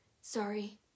Sorry